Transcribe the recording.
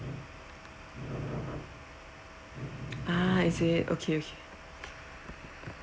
ah is it okay okay